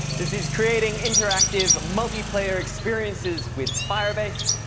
this is creating interactive multiplayer experiences with firebase.